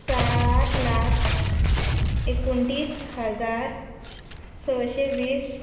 साठ लाख एकुणतीस हजार सयशें वीस